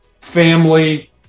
family